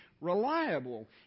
reliable